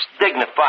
dignified